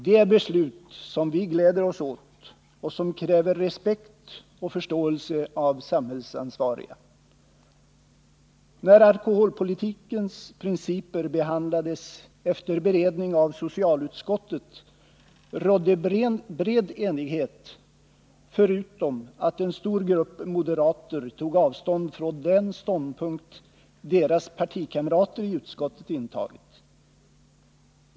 Det är beslut som vi gläder oss åt och som kräver respekt och förståelse hos samhällsansvariga. När alkoholpolitikens principer behandlades efter beredning av socialutskottet, rådde bred enighet — förutom att en stor grupp moderater tog avstånd från den ståndpunkt deras partikamrater i utskottet intagit.